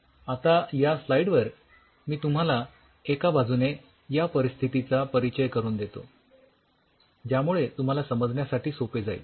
आता या स्लाईडवर मी तुम्हाला एका बाजूने या परिस्थितीचा परिचय करून देतो ज्यामुळे तुम्हाला समजण्यासाठी सोपे जाईल